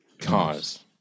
cars